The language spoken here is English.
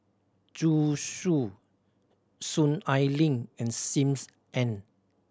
Zhu Xu Soon Ai Ling and Sim Ann